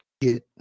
get